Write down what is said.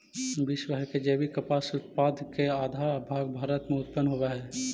विश्व भर के जैविक कपास उत्पाद के आधा भाग भारत में उत्पन होवऽ हई